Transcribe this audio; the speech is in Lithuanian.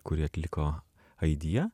kurį atliko aidija